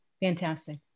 Fantastic